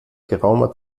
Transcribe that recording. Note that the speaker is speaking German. geraumer